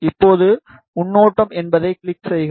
இப்போது முன்னோட்டம் என்பதைக் கிளிக் செய்க